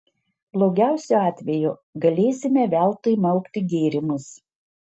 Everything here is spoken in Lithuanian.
blogiausiu atveju galėsime veltui maukti gėrimus